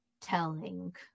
telling